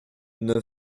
neuf